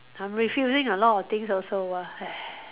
I'm refilling a lot of thing also [what]